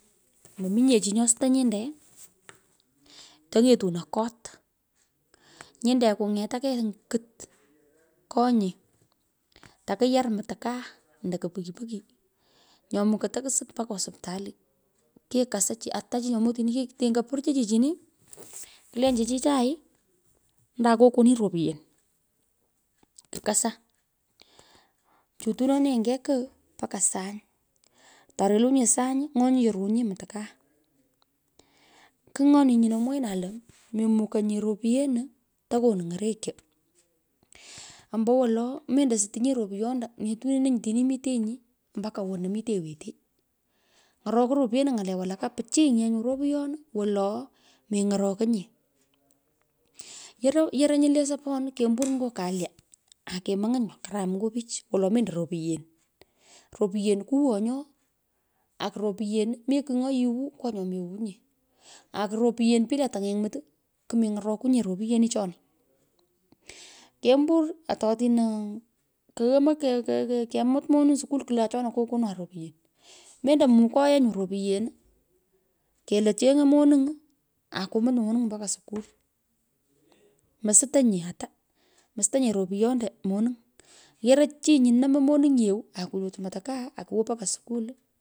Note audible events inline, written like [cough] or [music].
Mominye chi nyo sutoi nyindee. tony’etuno kot nyinde, kung’eta kei ong'ut konyi taku yar mtokaa ando kokipikipiki nyo mokoi ta kusit mpaka siptali. Kikosa chi ata chi nyo mi otini tino kopurchi chichini, kuleniki “andan ko koniny ropyen kukasa, chutunonenyi, kei ku mbaka sany, to reluny, sany ngonyi yorunyi mtakaa. Kigh nyonii nyino mwnoghenan lo, memukonye ropyenu to konu ny’orekyo, ombowolo mendo sutunyi ropyondo ny’etuno otini. Mitenyi mtaka wono mitenyi wete. Ny’orokoi ropyenu ny’ale walaku, pichiy ropyon wolo meny’orokenye. Voroi nyu le sopon, kembur nyo kalya, akemony’onyi nyo karam nyo pich wolo mendo ropyen. Ropyen kuwonyoo, aku ropyen mi kigh nyo yiu ango nyo meunye, aku ropyen kila ptany’eny mot, kumeny’okonye ropyenichoni kembur, ato otino, koyomoi ke ke [hesitation] l kemut monung school, kulo achona kokonwan ropyen. Mendo moku yee nyu ropyen, kelo cheny’oi monung aku mut moniny mpaka skul. Mosutonye ata, musutonye ropyondo moning, yoroi chi nyino nomoi monuny yeu akulot mtokaaa, akuwo mpaka skul.